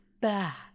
back